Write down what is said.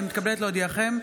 אני מתכבדת להודיעכם,